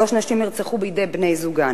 שלוש נשים נרצחו בידי בני-זוגן.